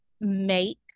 make